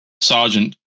Sergeant